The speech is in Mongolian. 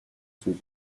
зүйл